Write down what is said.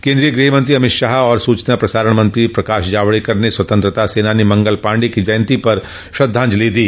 केन्द्रीय ग्रहमंत्री अमित शाह तथा सूचना और प्रसारण मंत्री प्रकाश जावड़ेकर ने स्वतंत्रता सेनानी मंगल पांडे की जयंती पर श्रद्वांजलि दी